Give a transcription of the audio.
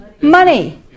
Money